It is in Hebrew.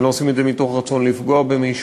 הם לא עושים את זה מתוך רצון לפגוע במישהו.